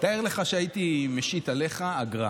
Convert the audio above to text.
תאר לך שהייתי משית עליך אגרה,